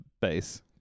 base